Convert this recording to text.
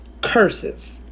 curses